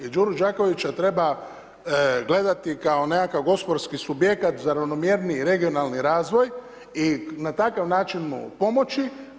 I Đuru Đakovića treba gledati kao nekakav gospodarski subjekt za ravnomjerniji regionalni razvoj i na takav način mu pomoći.